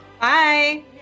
Bye